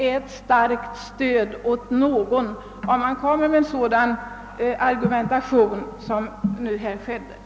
Jag tycker inte att en sådan argumentation är värd att åberopa.